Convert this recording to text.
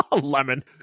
lemon